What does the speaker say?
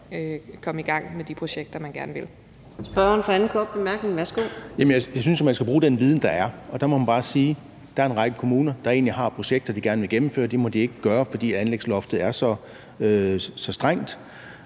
anden korte bemærkning. Værsgo. Kl. 09:52 Søren Egge Rasmussen (EL): Jamen jeg synes jo, man skal bruge den viden, der er. Og der må man bare sige, at der er en række kommuner, der egentlig har projekter, de gerne vil gennemføre, men det må de ikke gøre, fordi anlægsloftet er så strengt.